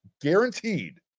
guaranteed